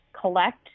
collect